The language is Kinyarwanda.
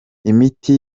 imiti